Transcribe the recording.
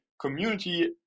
community